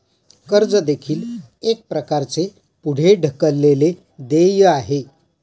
कर्ज देखील एक प्रकारचे पुढे ढकललेले देय आहे